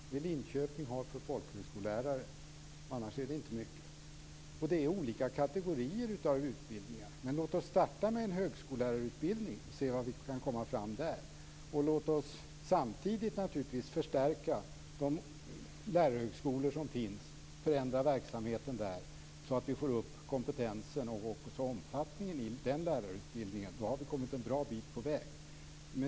Det finns en för folkhögskolelärare i Linköping. Annars är det inte mycket. Det är olika kategorier av utbildningar som behövs, men låt oss starta med en högskolelärarutbildning och se vad som kan komma fram där. Låt oss samtidigt förstärka de lärarhögskolor som finns och förändra verksamheten där så att vi får upp kompetensen och omfattningen i den lärarutbildningen. Då har vi kommit en bra bit på väg.